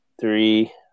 three